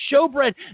showbread